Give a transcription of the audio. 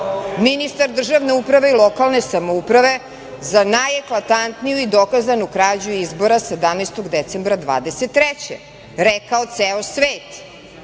ministar državne uprave i lokalne samouprave za najeklatantniju i dokazanu krađu izbora 17. decembra 2023. godine. Rekao ceo svet.